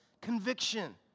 conviction